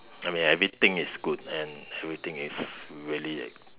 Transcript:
I mean everything is good and everything is really a